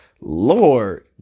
Lord